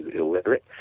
illiterate,